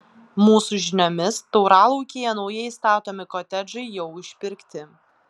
mūsų žiniomis tauralaukyje naujai statomi kotedžai jau išpirkti